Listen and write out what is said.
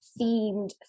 themed